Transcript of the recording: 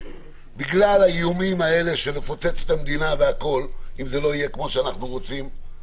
בגלל האיומים של נפוצץ את המדינה אם זה לא יהיה כמו שאנחנו רוצים,